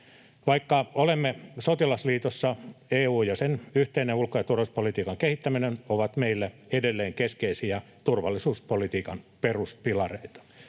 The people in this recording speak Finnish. Vaikka olemme sotilasliitossa, EU ja sen yhteisen ulko- ja turvallisuuspolitiikan kehittäminen ovat meille edelleen keskeisiä turvallisuuspolitiikan peruspilareita.